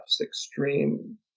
extreme